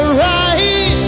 right